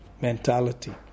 mentality